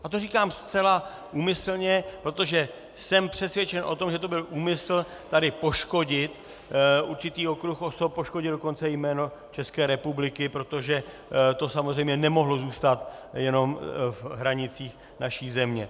A to říkám zcela úmyslně, protože jsem přesvědčen o tom, že to byl úmysl tady poškodit určitý okruh osob, poškodit dokonce i jméno České republiky, protože to samozřejmě nemohlo zůstat jenom v hranicích naší země.